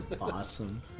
Awesome